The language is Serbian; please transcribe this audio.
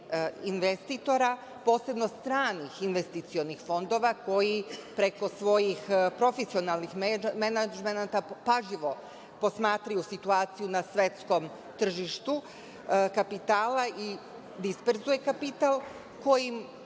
investitora, posebno stranih investicionih fondova koji preko svog profesionalnog menadžmenta pažljivo posmatraju situaciju na svetskom tržištu kapitala i disperzuje kapital koji